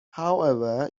however